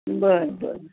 बर बर